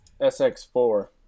sx4